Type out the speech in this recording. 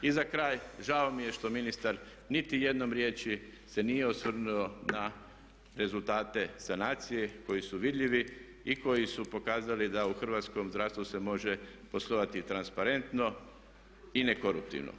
I za kraj, žao mi je što ministar niti jednom riječi se nije osvrnuo na rezultate sanacije koji su vidljivi i koji su pokazali da u hrvatskom zdravstvu se može poslovati i transparentno i ne koruptivno.